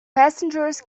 passengers